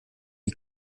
die